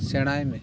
ᱥᱮᱬᱟᱭ ᱢᱮ